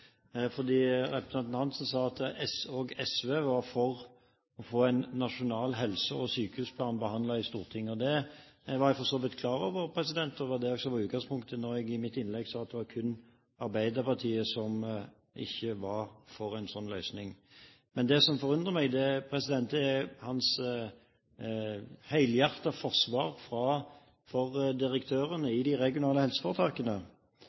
fordi jeg ble litt forvirret. Representanten Hansen sa at også SV var for å få en nasjonal helse- og sykehusplan behandlet i Stortinget. Det var jeg for så vidt klar over, og det var det som også var utgangspunktet da jeg i mitt innlegg sa at det kun var Arbeiderpartiet som ikke var for en sånn løsning. Det som forundrer meg, er hans helhjertede forsvar for direktørene i de regionale helseforetakene. Hvis det er